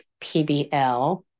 PBL